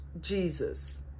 Jesus